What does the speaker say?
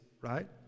right